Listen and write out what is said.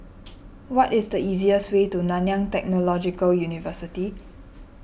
what is the easiest way to Nanyang Technological University